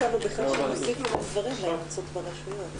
הישיבה ננעלה בשעה 13:20.